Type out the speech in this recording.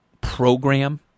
program